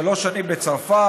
שלוש שנים בצרפת,